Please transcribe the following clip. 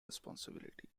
responsibility